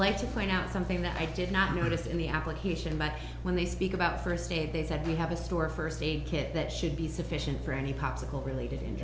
like to point out something that i did not notice in the application but when they speak about first aid they said we have a store first aid kit that should be sufficient for any possible related in